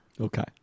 Okay